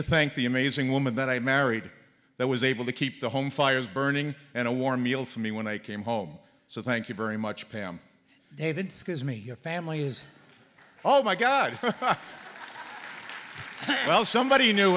to thank the amazing woman that i married that was able to keep the home fires burning and a warm meal for me when i came home so thank you very much pam david's gives me a family is oh my god well somebody new